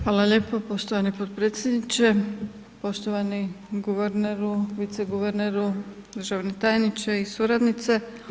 Hvala lijepo poštovani podpredsjedniče, poštovani guverneru, viceguverneru, državni tajniče i suradnice.